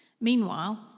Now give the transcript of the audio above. Meanwhile